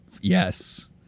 Yes